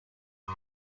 was